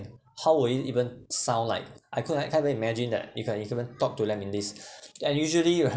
how would you even sound like I couldn't I can't even imagine that if you can even talk to them in this and usually you